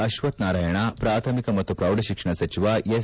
ಅಶ್ವಕ್ಷ ನಾರಾಯಣ ಪಾಥಮಿಕ ಮತ್ತು ಪ್ರೌಢಶಿಕ್ಷಣ ಸಚಿವ ಎಸ್